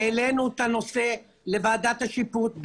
העלינו את הנושא לוועדת השיפוט,